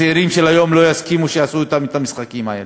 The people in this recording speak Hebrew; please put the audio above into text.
הצעירים של היום לא יסכימו שיעשו אתם את המשחקים האלה.